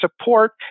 support